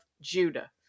Judah